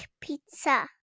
pizza